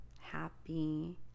happy